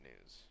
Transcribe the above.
news